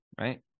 Right